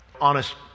honest